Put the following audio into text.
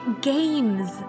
Games